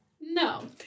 No